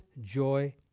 joy